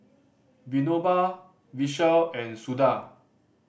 Vinoba Vishal and Suda